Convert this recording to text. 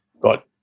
got